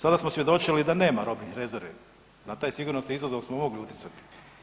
Sada smo svjedočili da nema robnih rezervi, na taj sigurnosni izazov smo mogli utjecati.